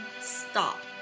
stop